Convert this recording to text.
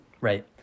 Right